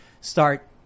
start